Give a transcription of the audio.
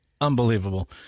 unbelievable